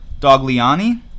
Dogliani